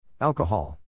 Alcohol